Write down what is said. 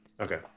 Okay